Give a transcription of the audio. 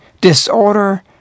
disorder